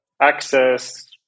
access